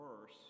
worse